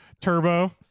Turbo